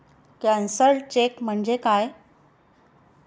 Cancelled cheque म्हणजे काय?